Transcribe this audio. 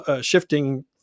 shifting